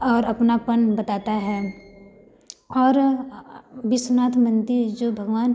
और अपनापन बताता है और विश्वनाथ मंदिर जो भगवान